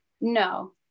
no